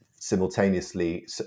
simultaneously